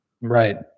right